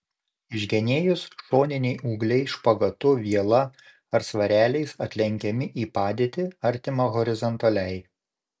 išgenėjus šoniniai ūgliai špagatu viela ar svareliais atlenkiami į padėtį artimą horizontaliai